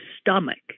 stomach